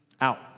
Out